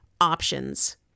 options